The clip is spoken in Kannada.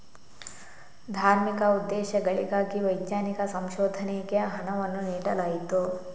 ಧಾರ್ಮಿಕ ಉದ್ದೇಶಗಳಿಗಾಗಿ ವೈಜ್ಞಾನಿಕ ಸಂಶೋಧನೆಗೆ ಹಣವನ್ನು ನೀಡಲಾಯಿತು